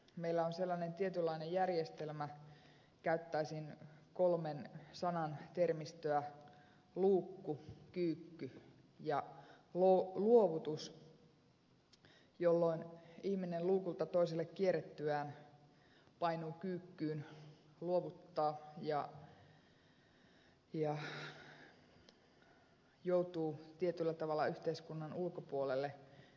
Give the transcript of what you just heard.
meillä on sellainen tietynlainen järjestelmä käyttäisin kolmen sanan termistöä luukku kyykky ja luovutus jolloin ihminen luukulta toiselle kierrettyään painuu kyykkyyn luovuttaa ja joutuu tietyllä tavalla yhteiskunnan ulkopuolelle syrjäytyy